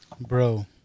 Bro